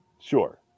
Sure